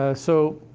ah so,